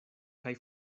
kaj